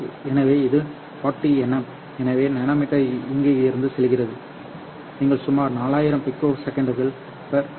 எனவே இது 40 nm எனவே நானோமீட்டர் இங்கிருந்து செல்கிறது நீங்கள் சுமார் 4000 பைக்கோசெகண்டுகள் கி